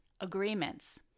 agreements